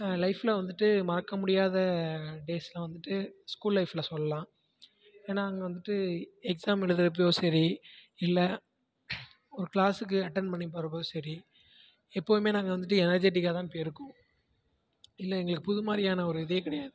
லைஃப்பில் வந்துட்டு மறக்க முடியாத டேஸெலாம் வந்துட்டு ஸ்கூல் லைஃப்பில் சொல்லலாம் ஏன்னால் அங்கே வந்துட்டு எக்சாம் எழுதுகிறப்பையும் சரி இல்லை ஒரு க்ளாஸுக்கு அட்டண்ட் பண்ணி போகிறப்பவும் சரி எப்போவுமே நாங்கள் வந்துட்டு எனர்ஜிட்டிக்காகதான் போயிருக்கோம் இல்லை எங்களுக்கு புது மாதிரியான ஒரு இதே கிடையாது